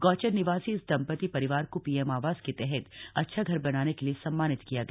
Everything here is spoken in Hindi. गौचर निवासी इस दंपति परिवार को पीएम आवास के तहत अच्छा घर बनाने के लिए सम्मानित किया गया